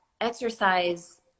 exercise